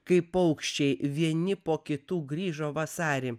kai paukščiai vieni po kitų grįžo vasarį